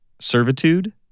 Servitude